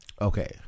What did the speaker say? Okay